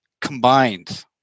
Combined